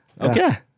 Okay